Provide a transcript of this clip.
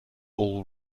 all